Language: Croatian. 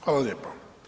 Hvala lijepo.